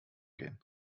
gehen